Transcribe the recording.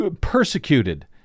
persecuted